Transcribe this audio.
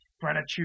gratitude